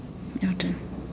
your turn